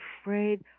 afraid